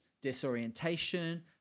disorientation